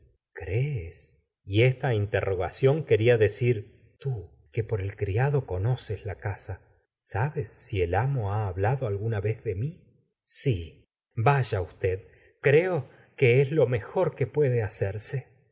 crees y esta interrogación quería decir tú que por el criado conoces la casa sabes si el amo ba hablado alguna vez de mí si vaya usted creo que es lo mejor que puede hacerse